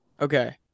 okay